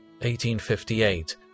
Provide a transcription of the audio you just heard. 1858